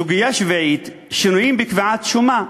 סוגיה שביעית, שינויים בקביעת שומה.